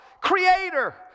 creator